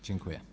Dziękuję.